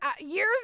years